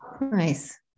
nice